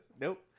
Nope